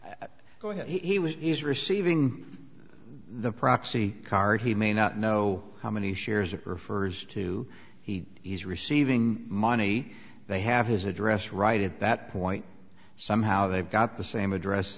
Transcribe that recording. that he was he's receiving the proxy card he may not know how many shares it refers to he's receiving money they have his address right at that point somehow they've got the same address